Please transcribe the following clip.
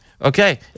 okay